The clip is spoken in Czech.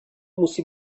musí